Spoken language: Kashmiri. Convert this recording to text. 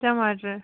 ٹماٹر